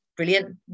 brilliant